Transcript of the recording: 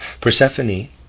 Persephone